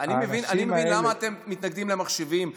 אני מבין למה אתם מתנגדים למחשבים,